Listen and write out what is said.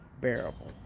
bearable